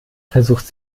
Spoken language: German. versucht